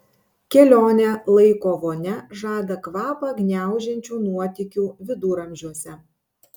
kelionė laiko vonia žada kvapą gniaužiančių nuotykių viduramžiuose